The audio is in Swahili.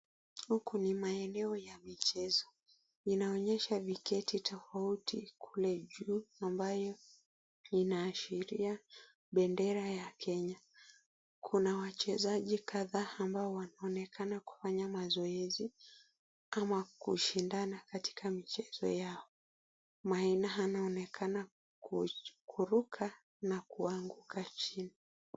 Huku ni maeneo ya michezo, inaonyesha viketi tofauti kule juu ambayo inaashiria bendera ya kenya. Kuna wachezaji kadhaa ambao wanaonekana kufanya mazoezi ama kushindana katika michezo yao. Maina anaonekana kuruka na kuanguka chini.